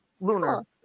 lunar